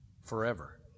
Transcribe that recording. forever